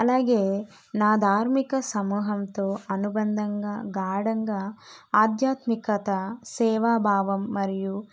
అలాగే నా ధార్మిక సమూహంతో అనుబంధంగా ఘడంగా ఆధ్యాత్మికత సేవా భావం మరియు